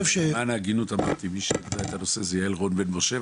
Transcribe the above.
למען ההגינות אני אומר שמי שהעלה את הנושא זה יעל רון בן משה.